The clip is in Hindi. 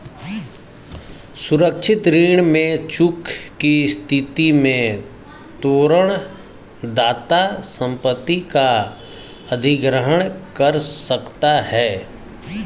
सुरक्षित ऋण में चूक की स्थिति में तोरण दाता संपत्ति का अधिग्रहण कर सकता है